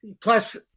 Plus